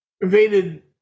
invaded